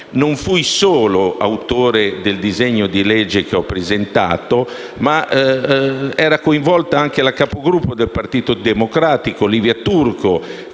non fui il solo autore della proposta di legge che ho presentato, ma era coinvolta anche la capogruppo del Partito Democratico, Livia Turco,